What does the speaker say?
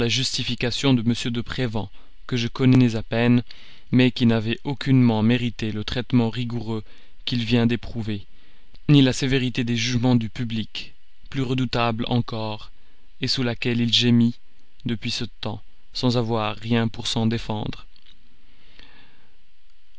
la justification de m de prévan que je connais à peine mais qui n'avait aucunement mérité le traitement rigoureux qu'il vient d'éprouver ni la sévérité des jugements du public plus redoutable encore sous laquelle il gémit depuis ce temps sans avoir rien pour s'en défendre